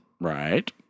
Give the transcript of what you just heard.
Right